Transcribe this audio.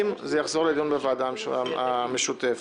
ידונו בוועדה המשותפת.